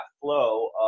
flow